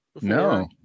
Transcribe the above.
No